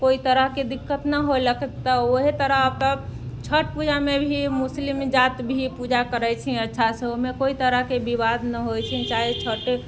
कोइ तरहके दिक्कत नहि होलक ओएह तरहक छठपूजामे भी मुस्लिम जात भी पूजा करैत छै अच्छा से कोइ तरहके ओहिमे विवाद नहि होइत छै चाहे